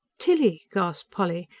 tilly! gasped polly,